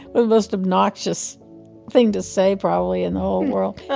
the most obnoxious thing to say probably in the whole world